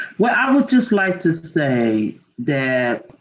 well, i would just like to say that